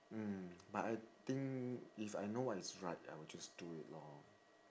mm but I think if I know what is right I will just do it lor